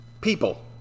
people